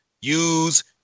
use